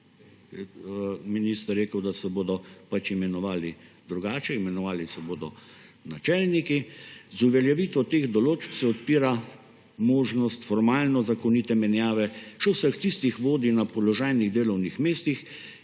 da se bodo pač imenovali drugače, imenovali se bodo načelniki. Z uveljavitvijo teh določb se odpira možnost formalno zakonite menjave še vseh tistih vodij na položajnih delovnih mestih,